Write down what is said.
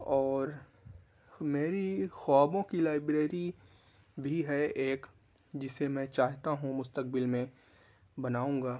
اور میری خوابوں کی لائبریری بھی ہے ایک جسے میں چاہتا ہوں مستقبل میں بناؤں گا